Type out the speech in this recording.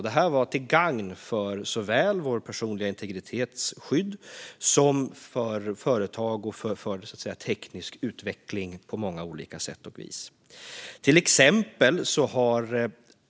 Detta var till gagn såväl för skyddet av vår personliga integritet som för företag och teknisk utveckling på många olika sätt och vis.